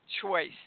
choice